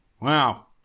Wow